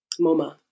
MoMA